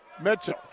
Mitchell